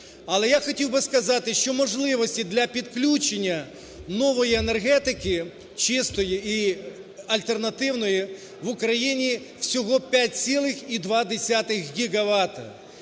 Але я хотів би сказати, що можливості для підключення нової енергетики, чистої і альтернативної, в Україні всього 5,2гігавата.